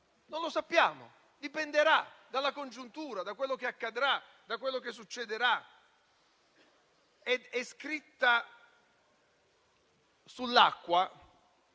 Non lo sappiamo: dipenderà dalla congiuntura, da quello che accadrà e da quello che succederà. È scritta sull'acqua,